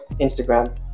Instagram